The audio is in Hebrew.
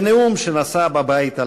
בנאום שנשא בבית הלבן,